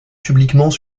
publiquement